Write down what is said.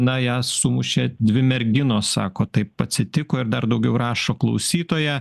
na ją sumušė dvi merginos sako taip atsitiko ir dar daugiau rašo klausytoja